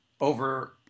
over